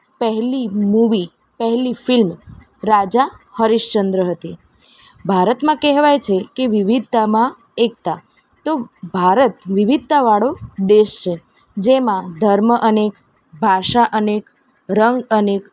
પહેલી મૂવી પહેલી ફિલ્મ રાજા હરીશ્ચંદ્ર હતી ભારતમાં કહેવાય છે કે વિવિધતામાં એકતા તો ભારત વિવિધતાવાળો દેશ છે જેમાં ધર્મ અનેક ભાષા અનેક રંગ અનેક